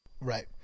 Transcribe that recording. Right